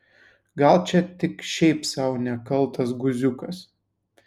gal čia tik šiaip sau nekaltas guziukas